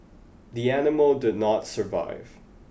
the animal did not survive